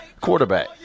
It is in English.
Quarterback